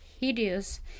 hideous